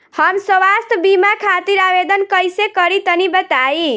हम स्वास्थ्य बीमा खातिर आवेदन कइसे करि तनि बताई?